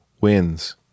wins